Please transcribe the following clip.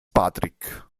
patrick